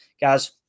Guys